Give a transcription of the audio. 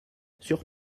sur